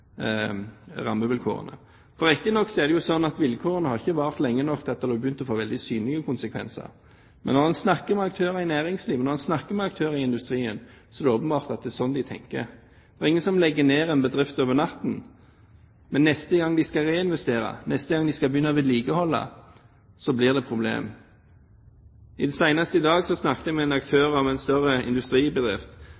rammevilkårene. Riktignok er det slik at vilkårene ikke har vart lenge nok til at det har begynt å få veldig synlige konsekvenser. Når man snakker med aktører i næringslivet, og i industrien, er det åpenbart at det er slik de tenker. Det er ingen som legger ned en bedrift over natten, men neste gang de skal reinvestere og neste gang de skal begynne å vedlikeholde, blir det et problem. Senest i dag snakket jeg med en